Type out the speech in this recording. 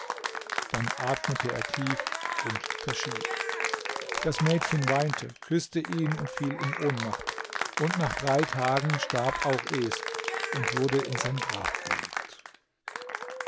dann atmete er tief und verschied das mädchen weinte küßte ihn und fiel in ohnmacht und nach drei tagen starb auch es und wurde in sein grab gelegt